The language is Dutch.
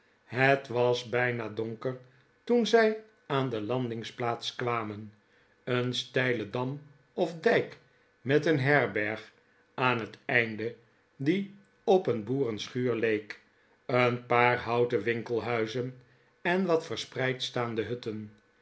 het was bijna donker toen zij aan de landingsplaats kwamen een steile dam of dijk met een herberg aan het einde die op een boerenschuur leek een paar houten winkelhuizen en wat verspreid staande hutten